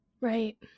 Right